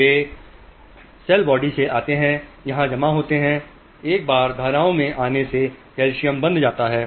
वे cell body से आते हैं यहां जमा हो जाते हैं एक बार धाराओं के आने से कैल्शियम बंध जाता है